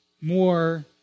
more